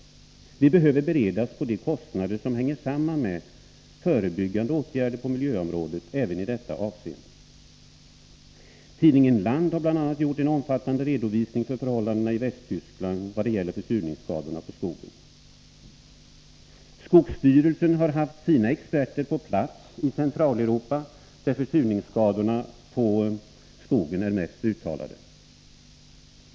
Vi behöver beredas på de kostnader som hänger samman med förebyggande åtgärder på miljöområdet även i detta avseende. Tidningen Land har bl.a. gjort en omfattande redovisning av förhållandena i Västtyskland vad gäller försurningsskadorna på skogen. Skogsstyrelsen har haft sina experter på plats i Centraleuropa, där försurningsskadorna på skogen är mest uttalade.